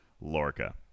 Lorca